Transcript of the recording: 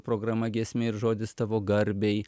programa giesmė ir žodis tavo garbei